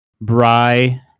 Bry